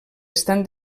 estan